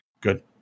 Good